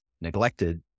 neglected